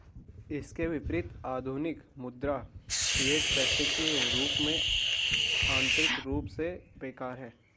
इसके विपरीत, आधुनिक मुद्रा, फिएट पैसे के रूप में, आंतरिक रूप से बेकार है